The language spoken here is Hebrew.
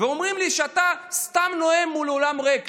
ואומרים לי: אתה נואם סתם מול אולם ריק.